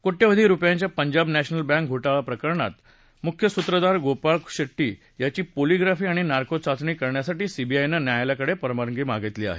कोट्यावधी रुपयांच्या पंजाब नध्मिल बँक घोटाळा प्रकरणातला मुख्य सूत्रधार गोकुळनाथ शेट्टी याची पॉलीग्राफी आणि नार्को चाचणी करण्यासाठी सीबीआयनं न्यायालयाकडे परवानगी मागितली आहे